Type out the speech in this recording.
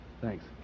Thanks